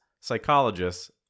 psychologists